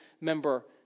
member